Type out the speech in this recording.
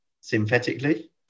synthetically